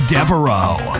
Devereaux